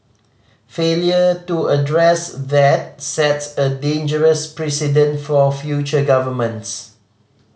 failure to address that sets a dangerous precedent for future governments